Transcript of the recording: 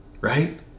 right